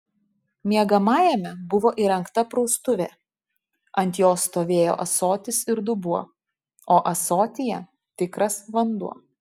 miegamajame buvo įrengta praustuvė ant jos stovėjo ąsotis ir dubuo o ąsotyje tikras vanduo